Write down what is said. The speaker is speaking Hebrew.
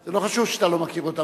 זה לא חשוב שאתה לא מכיר אותם.